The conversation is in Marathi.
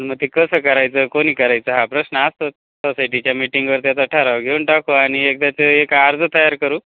मग ते कसं करायचं कोणी करायचं हा प्रश्न असतोच सोसायटीच्या मग मिटिंगवर त्याचं ठराव घेऊन टाकू आणि एकदा तो एक अर्ज तयार करू